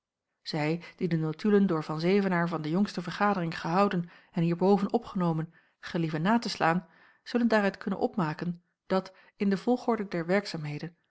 zij die de notulen door van zevenaer van de jongste vergadering gehouden en hierboven opgenomen gelieven na te slaan zullen daaruit kunnen opmaken dat in de volgorde der werkzaamheden